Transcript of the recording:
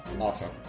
Awesome